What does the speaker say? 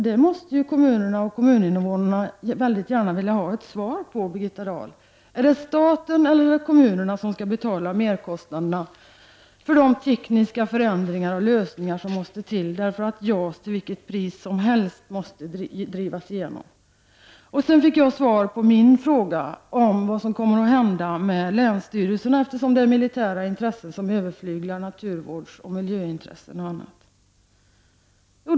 Det vill kommunerna och kommuninvånarna gärna ha ett svar på, Birgitta Dahl. Är det staten eller kommunerna som skall betala merkostnaderna för de tekniska förändringar och lösningar som måste till, därför att JAS-projektet till vilket pris som helst måste drivas igenom? Jag fick svar på min fråga om vad som kommer att hända med länsstyrelserna, eftersom det är militära intressen som överflyglar naturvården och miljöintressen.